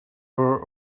her